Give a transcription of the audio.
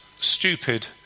stupid